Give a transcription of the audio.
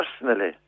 personally